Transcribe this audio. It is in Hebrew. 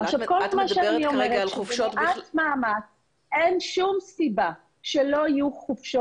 כל מה שאני אומרת שבמעט מאמץ אין שום סיבה שלא יהיו חופשות.